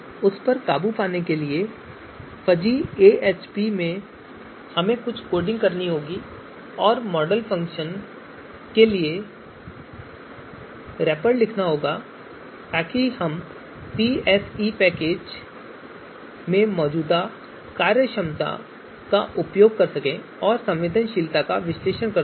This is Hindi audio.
उस पर काबू पाने के लिए फजी एएचपी में हमें कुछ कोडिंग करनी होगी और मॉडल फ़ंक्शन के लिए रैपर लिखना होगा ताकि हम पीएसई पैकेज में मौजूदा कार्यक्षमता का उपयोग कर सकें और अपना संवेदनशीलता विश्लेषण कर सकें